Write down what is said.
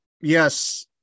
Yes